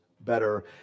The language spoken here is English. better